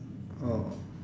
oh